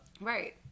Right